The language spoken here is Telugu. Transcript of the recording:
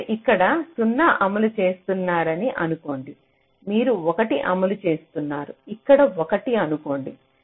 మీరు ఇక్కడ 0 అమలు చేస్తున్నారని అనుకోండి మీరు 1 అమలు చేస్తున్నారు ఇక్కడ 1 అనుకోండి